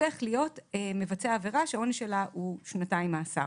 הופך להיות מבצע עבירה שהעונש שלה הוא שנתיים מאסר,